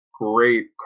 great